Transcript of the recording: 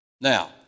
Now